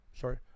sorry